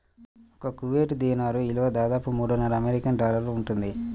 ఒక Kuwait dinar విలువ దాదాపు మూడున్నర అమెరికన్ డాలర్లు ఉంటుంది